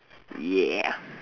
ya